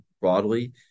broadly